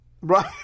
Right